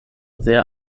sehr